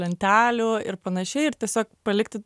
lentelių ir panašiai ir tiesiog palikti